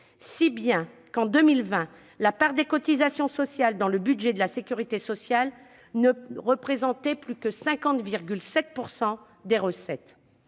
patronales, la part des cotisations sociales dans le budget de la sécurité sociale ne représentait plus que 50,7 % des recettes